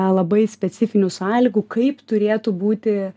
labai specifinių sąlygų kaip turėtų būti